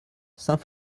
saint